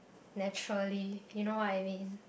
naturally you know what I mean